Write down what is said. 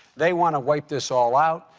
they want to wipe this all out.